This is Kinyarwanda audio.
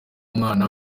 umwana